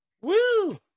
Woo